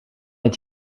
het